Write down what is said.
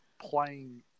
playing